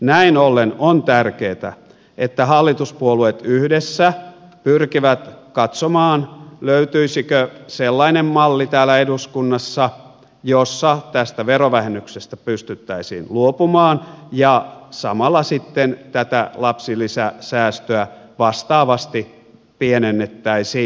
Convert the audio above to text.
näin ollen on tärkeätä että hallituspuolueet yhdessä pyrkivät katsomaan löytyisikö sellainen malli täällä eduskunnassa jossa tästä verovähennyksestä pystyttäisiin luopumaan ja samalla sitten tätä lapsilisäsäästöä vastaavasti pienennettäisiin